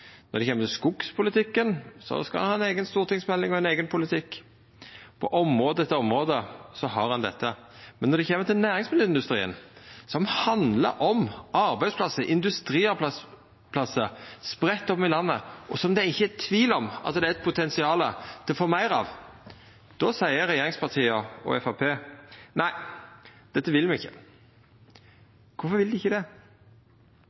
Når det kjem til skogspolitikken, skal ein ha ei eiga stortingsmelding og ein eigen politikk. På område etter område har ein det. Men når det kjem til næringsmiddelindustrien, som handlar om arbeidsplassar, industriarbeidsplassar, spreidde rundt om i landet, og som det ikkje er tvil om at det er eit potensial til å få meir av, seier regjeringspartia og Framstegspartiet: Nei, dette vil me ikkje. Kvifor vil dei ikkje det?